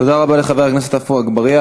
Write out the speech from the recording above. תודה רבה לחבר הכנסת עפו אגבאריה.